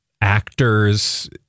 actors